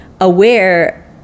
aware